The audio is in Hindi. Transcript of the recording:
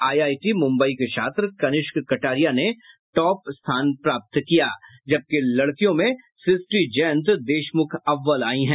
आईआईटी मुम्बई के छात्र कनिष्क कटारिया ने टॉप किये है जबकि लड़कियों में सृष्टि जयंत देशमुख अव्वल आई हैं